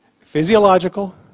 physiological